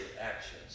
actions